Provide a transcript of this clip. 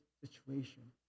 situation